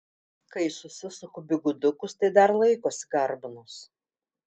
kai susisuku bigudukus tai dar laikosi garbanos